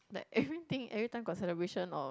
like everything everytime got celebration or what